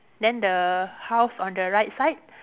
then the house on the right side